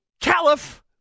caliph